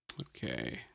Okay